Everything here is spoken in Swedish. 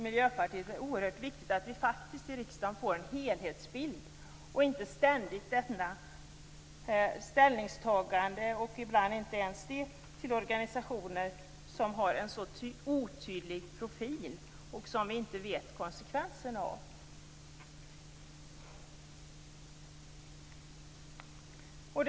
Miljöpartiet anser det oerhört viktigt att riksdagen får en helhetsbild och inte ständigt får ta ställning, och ibland inte ens det, till organisationer som har en så otydlig profil och som vi inte vet konsekvenserna av.